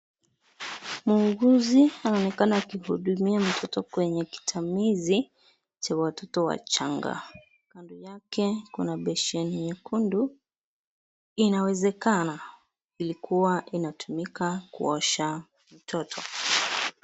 Muuguzi anaonekana akihudumia mtoot kwenye kitanda hiki cha watoto wachanga. Nyuma yake kuna beseni nyekundu, inawezekana ilikuwa inatumika kuosha mtoto